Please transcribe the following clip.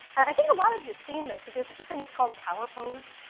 i think a lot of you have seen this, that there's such a thing that's called a power pose.